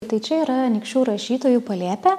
tai čia yra anykščių rašytojų palėpė